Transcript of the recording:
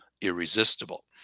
irresistible